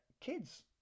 kids